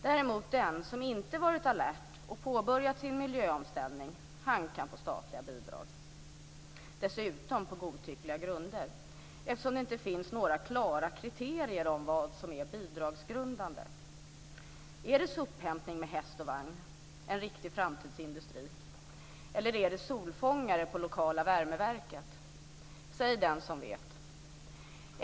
Däremot kan den som inte har varit alert och påbörjat sin omställning få statliga bidrag, dessutom på godtyckliga grunder eftersom det inte finns några klara kriterier för vad som är bidragsgrundande. Är det sophämtning med häst och vagn som är en riktig framtidsindustri, eller är det solfångare på lokala värmeverket? Säg, den som vet.